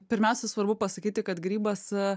pirmiausia svarbu pasakyti kad grybas